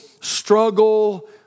struggle